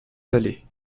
vallée